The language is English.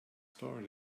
story